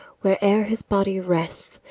where'er his body rests,